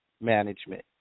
Management